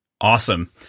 Awesome